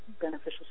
beneficial